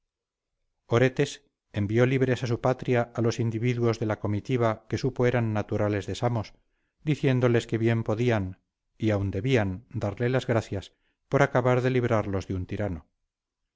oretes envió libres a su patria a los individuos de la comitiva que supo eran naturales de samos diciéndoles que bien podían y aun debían darle las gracias por acabar de librarlos de un tirano